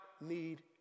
need